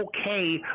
okay